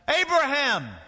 Abraham